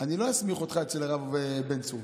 אני לא אסמיך אותך אצל הרב בן צור,